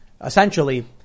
essentially